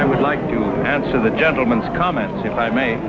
i would like to add to the gentleman's comments if i may